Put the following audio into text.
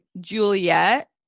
Juliet